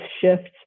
shift